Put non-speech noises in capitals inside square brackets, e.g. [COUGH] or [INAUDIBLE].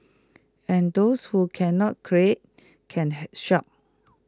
and those who cannot create can [HESITATION] shop